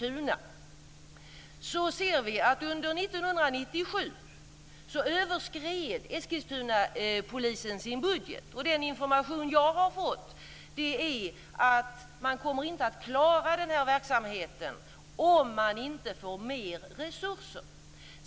Under 1997 överskred Eskilstunapolisen sin budget. Den information som jag har fått är att man inte kommer att klara verksamheten om man inte får mer resurser.